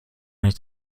nicht